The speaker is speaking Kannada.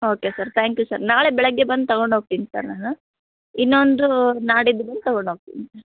okay sir thank you sir ನಾಳೆ ಬೆಳಗ್ಗೆ ಬಂದು ತಗೊಂಡು ಹೋಗ್ತಿನಿ ಸರ್ ನಾನು ಇನ್ನೊಂದು ನಾಡಿದ್ದು ಬಂದು ತಗೊಂಡು ಹೋಗ್ತಿನಿ ಸರ್